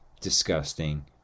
disgusting